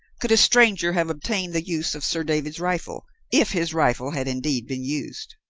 could a stranger have obtained the use of sir david's rifle, if his rifle had indeed been used?